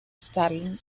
stirling